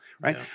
right